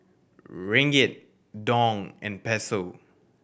Ringgit Dong and Peso